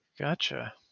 Gotcha